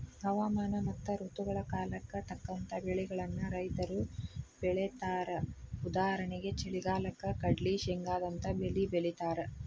ಹವಾಮಾನ ಮತ್ತ ಋತುಗಳ ಕಾಲಕ್ಕ ತಕ್ಕಂಗ ಬೆಳಿಗಳನ್ನ ರೈತರು ಬೆಳೇತಾರಉದಾಹರಣೆಗೆ ಚಳಿಗಾಲಕ್ಕ ಕಡ್ಲ್ಲಿ, ಶೇಂಗಾದಂತ ಬೇಲಿ ಬೆಳೇತಾರ